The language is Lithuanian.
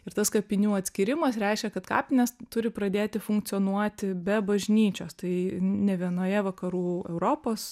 ir tas kapinių atskyrimas reiškia kad kapinės turi pradėti funkcionuoti be bažnyčios tai ne vienoje vakarų europos